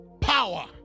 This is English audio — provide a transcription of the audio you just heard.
Power